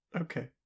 okay